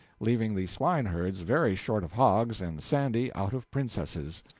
leaving the swine-herds very short of hogs and sandy out of princesses.